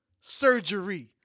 Surgery